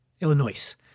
Illinois